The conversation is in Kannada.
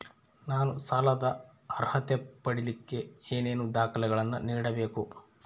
ನಾನು ಸಾಲದ ಅರ್ಹತೆ ಪಡಿಲಿಕ್ಕೆ ಏನೇನು ದಾಖಲೆಗಳನ್ನ ನೇಡಬೇಕು?